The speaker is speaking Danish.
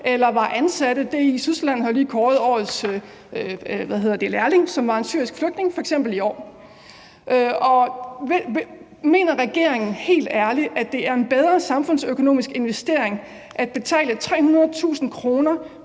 eller var ansatte. I Tyskland har de f.eks. lige kåret årets lærling, som i år var en syrisk flygtning. Mener regeringen helt ærligt, at det er en bedre samfundsøkonomisk investering at betale 300.000 kr.